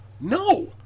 no